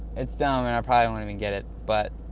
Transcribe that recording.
it's dumb and i probably won't even get it, but,